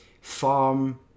farm